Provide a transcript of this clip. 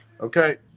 Okay